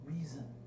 reason